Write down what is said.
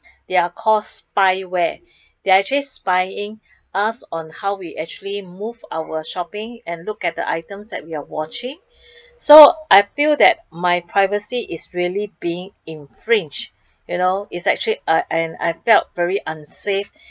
they are call spy ware they are actually spying us on how we actually move our shopping and look at the items that we are watching so I feel that my privacy is really being infringed you know it's actually uh and I felt very unsafe